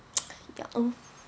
ya oh